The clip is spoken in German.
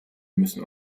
müssen